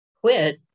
quit